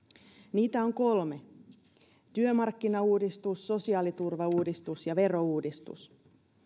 niitä on kolme työmarkkinauudistus sosiaaliturvauudistus ja verouudistus